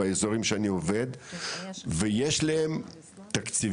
באזורים שאני עובד ויש להם תקציבים,